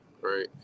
Right